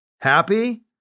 happy